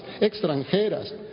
extranjeras